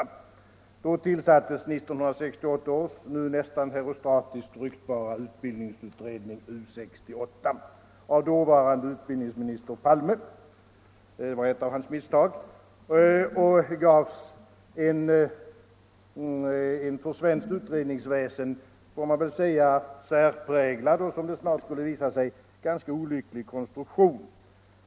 Då tillsatte dåvarande utbildningsministern Palme 1968 års nu nästan herostratiskt ryktbara utbildningsutredning U 68. Det var ett av hans misstag. Och den gavs en för svenskt utredningsväsen särpräglad och, som det snart skulle visa sig, ganska olycklig konstruktion.